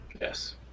Yes